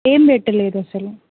ఏం పెట్టలేదు అసలు